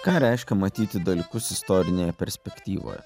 ką reiškia matyti dalykus istorinėje perspektyvoje